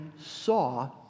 saw